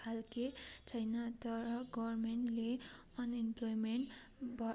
खालको छैन तर गभर्मेन्टले अनइम्प्लोइमेन्ट ब